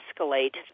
escalate